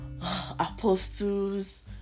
apostles